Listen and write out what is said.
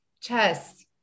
Chess